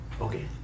Okay